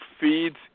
feeds